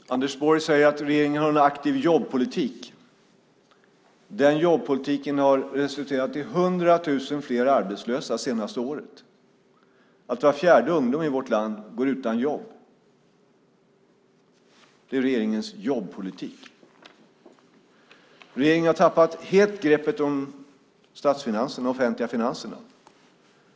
Herr talman! Anders Borg säger att regeringen har en aktiv jobbpolitik. Den jobbpolitiken har resulterat i 100 000 flera arbetslösa det senaste året. Var fjärde ung människa i vårt land går utan jobb. Det är regeringens jobbpolitik. Regeringen har helt tappat greppet om statsfinanserna och de offentliga finanserna.